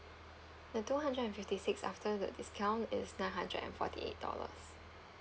the two hundred and fifty six after the discount is nine hundred and forty eight dollars